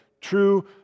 true